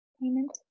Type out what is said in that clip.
payment